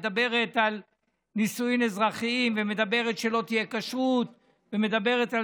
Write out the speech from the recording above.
שמדברת על נישואים אזרחיים ומדברת שלא תהיה כשרות ומדברת על